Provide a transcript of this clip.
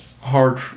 hard